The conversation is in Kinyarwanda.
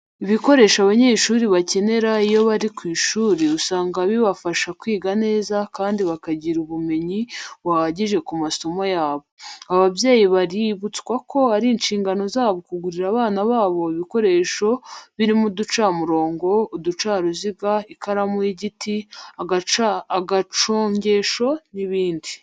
Ibikoresho abanyeshuri bakenera iyo bari ku ishuri usanga bibafasha kwiga neza kandi bakagira ubumenyi buhagije ku masomo yabo. Ababyeyi baributswa ko ari inshingano zabo kugurira abana babo ibikoresho birimo uducamurongo, uducaruziga, ikaramu y'igiti, agacongesho n'ibindi.